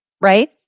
right